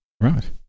Right